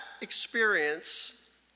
experience